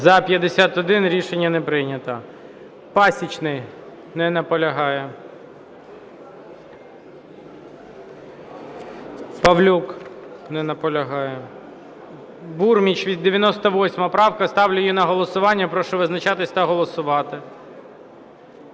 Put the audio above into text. За-51 Рішення не прийнято. Пасічний. Не наполягає. Павлюк. Не наполягає. Бурміч, 98 правка. Ставлю її на голосування. Прошу визначатись та голосувати.